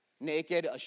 naked